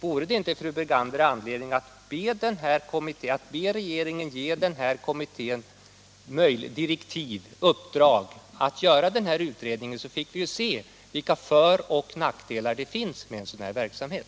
Vore det inte, fru Bergander, anledning att be regeringen ge kommittén i uppdrag att göra denna översyn, så att vi får se vilka för och nackdelar det finns med en sådan här verksamhet?